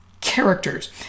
characters